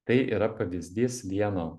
tai yra pavyzdys vieno